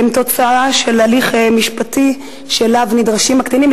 הם תוצאה של הליך משפטי שאליו נדרשים הקטינים,